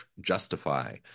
justify